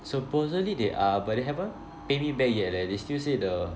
supposedly they are but they haven't pay me back yet leh they still say the